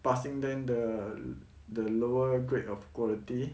passing them the the lower grade of quality